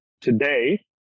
today